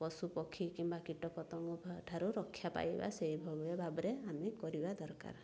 ପଶୁପକ୍ଷୀ କିମ୍ବା କୀଟପତଙ୍କ ଠାରୁ ରକ୍ଷା ପାଇବା ସେହିଭାବରେ ଆମେ କରିବା ଦରକାର